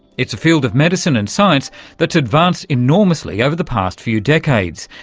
it's a field of medicine and science that's advanced enormously over the past few decades,